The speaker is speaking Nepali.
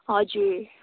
हजुर